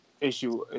issue